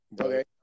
Okay